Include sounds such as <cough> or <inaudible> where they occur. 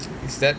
<noise> is that